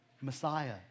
Messiah